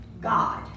God